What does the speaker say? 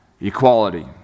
Equality